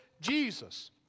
Jesus